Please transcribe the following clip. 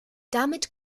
damit